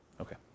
Okay